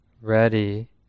ready